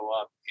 up